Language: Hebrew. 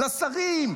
לשרים,